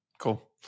cool